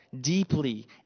deeply